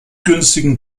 günstigen